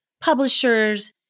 publishers